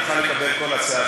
לשום מקום.